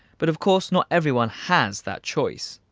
but of course not everyone has that choice.